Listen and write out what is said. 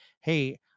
hey